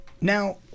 now